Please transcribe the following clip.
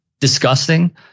disgusting